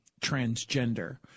transgender